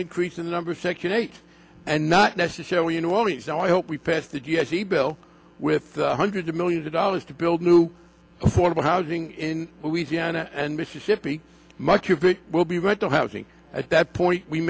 an increase in the number second eight and not necessarily you know only so i hope we passed that yes the bill with hundreds of millions of dollars to build new affordable housing in louisiana and mississippi much of it will be rental housing at that point we